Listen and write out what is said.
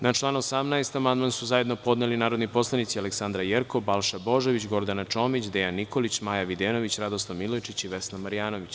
Na član 18. amandman su zajedno podneli narodni poslanici Aleksandra Jerkov, Balša Božović, Gordana Čomić, Dejan Nikolić, Maja Videnović, Radoslav Milojičić i Vesna Marjanović.